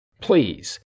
Please